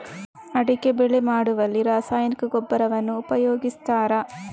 ಅಡಿಕೆ ಬೆಳೆ ಮಾಡುವಲ್ಲಿ ರಾಸಾಯನಿಕ ಗೊಬ್ಬರವನ್ನು ಉಪಯೋಗಿಸ್ತಾರ?